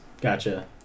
Gotcha